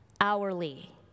hourly